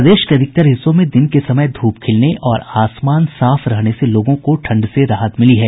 प्रदेश के अधिकतर हिस्सों मे दिन के समय धूप खिलने और आसमान साफ रहने से लोगों को ठंड से राहत मिली है